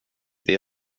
det